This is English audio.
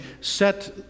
set